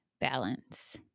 balance